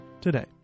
today